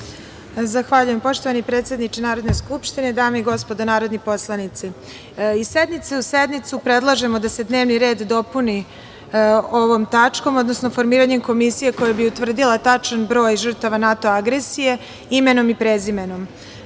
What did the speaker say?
Zahvaljujem poštovani predsedniče Narodne skupštine, dame i gospodo narodni poslanici. Iz sednice u sednicu predlažemo da se dnevni red dopuni ovom tačkom, odnosno formiranjem komisije koja bi utvrdila tačan broj žrtava NATO agresije, imenom i prezimenom. Ne